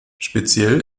speziell